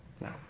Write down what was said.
No